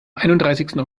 einunddreißigsten